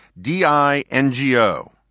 d-i-n-g-o